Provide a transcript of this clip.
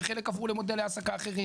וחלק עברו למודלי העסקה אחרים